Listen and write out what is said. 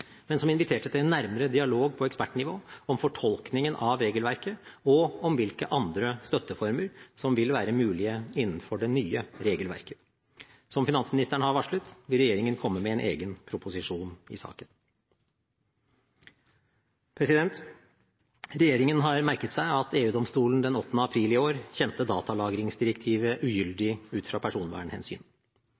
men som inviterte til en nærmere dialog på ekspertnivå om fortolkningen av regelverket og om hvilke andre støtteformer som vil være mulige innenfor det nye regelverket. Som finansministeren har varslet, vil regjeringen komme med en egen proposisjon i saken. Regjeringen har merket seg at EU-domstolen den 8. april i år kjente datalagringsdirektivet ugyldig ut fra personvernhensyn.